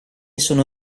sono